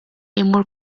imur